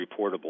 reportable